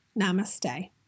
Namaste